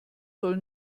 soll